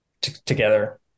together